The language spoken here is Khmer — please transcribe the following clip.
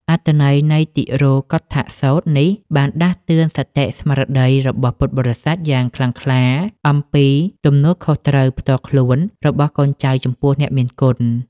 អត្ថន័យនៃតិរោកុឌ្ឍសូត្រនេះ បានដាស់តឿនសតិស្មារតីរបស់ពុទ្ធបរិស័ទយ៉ាងខ្លាំងក្លា អំពីទំនួលខុសត្រូវផ្ទាល់ខ្លួនរបស់កូនចៅចំពោះអ្នកមានគុណ។